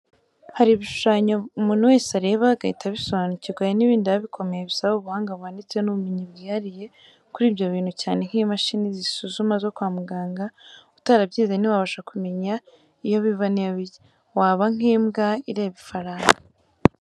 Hari ibishushanyo umuntu wese areba agahita abisobanukirwa, hari n'ibindi biba bikomeye bisaba ubuhanga buhanitse n'ubumenyi bwihariye kuri ibyo bintu, cyane nk'imashini zisuzuma zo kwa muganga; utarabyize ntiwabasha kumenya iyo biva n'iyo bijya, waba nk'imbwa ireba ifaranga.